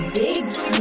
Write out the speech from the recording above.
big